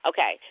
Okay